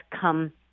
come